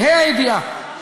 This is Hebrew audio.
בה"א הידיעה.